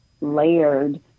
layered